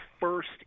first